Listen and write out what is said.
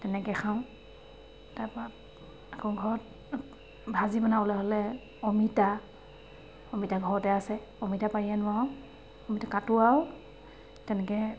তেনেকৈ খাওঁ তাৰপৰা আকৌ ঘৰত ভাজি বনাবলৈ হ'লে অমিতা অমিতা ঘৰতে আছে অমিতা পাৰি আনো আৰু অমিতা কাটোঁ আৰু তেনেকৈ